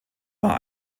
war